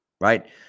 right